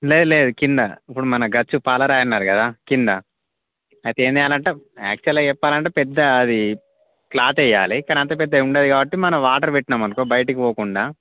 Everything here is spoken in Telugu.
లేదు లేదు కింద ఇప్పుడు మన గచ్చు పాలరాయి అన్నారు కదా కింద అయితే ఏం చెయ్యాలంటే యాక్చువల్గా చెప్పాలంటే పెద్ద అది క్లాత్ వెయ్యాలి కానీ అంత పెద్ద ఉండదు కాబట్టి మనం వాటర్ పెట్టినామనుకో బయటకి పోకుండా